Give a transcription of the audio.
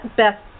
best